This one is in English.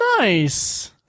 Nice